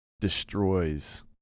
destroys